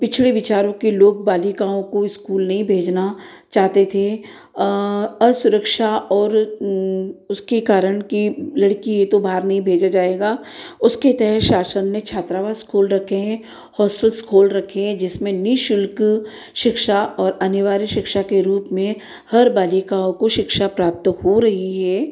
पिछड़े विचारों के लोग बालिकाओं को इस्कूल नहीं भेजना चाहते थे असुरक्षा और उसके कारण कि लड़की है तो बाहर नहीं भेजा जाएगा उसके तहत शासन ने छात्रावास खोल रखे हैं हॉस्टल्स खोल रखें हैं जिसमें निःशुल्क शिक्षा और अनिवार्य शिक्षा के रूप में हर बालिकाओं को शिक्षा प्राप्त हो रही है